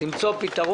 ויש למצוא פתרון.